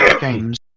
games